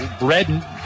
red